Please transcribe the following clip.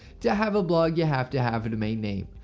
to have a blog you have to have a domain name.